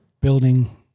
building